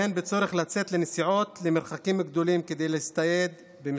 והן בצורך לצאת לנסיעות למרחקים גדולים כדי להצטייד במצרכים,